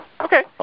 Okay